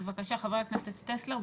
בבקשה, חבר הכנסת טסלר.